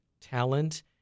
talent